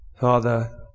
Father